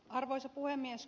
arvoisa puhemies